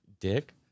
dick